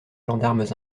gendarmes